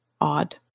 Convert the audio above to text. odd